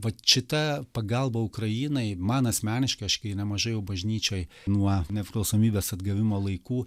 vat šita pagalba ukrainai man asmeniškai aš kai nemažai bažnyčioj nuo nepriklausomybės atgavimo laikų